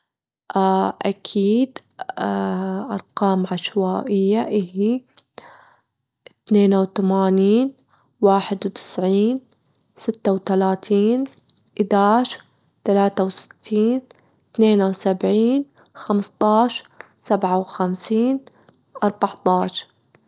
أكيد أرقام عشوائية إهي اتنين وتمانين، واحد وتسعين، ستة وتلاتين، إداشر، تلاتة وستين، اتنين وسبعين، خمستاش، سبعة وخمسين، أربعتاش.